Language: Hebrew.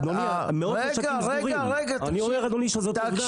אדוני, מאות משקים סגורים, אני אומר שזאת עובדה.